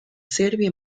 serbia